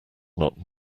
not